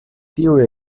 tiuj